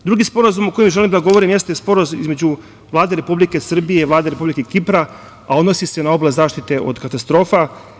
Drugi sporazum o kome želim da govorim jeste sporazum između Vlade Republike Srbije i Vlade Republike Kipra, a odnosi se na oblast zaštite od katastrofa.